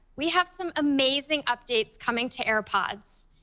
we have some amazing updates coming to airpods,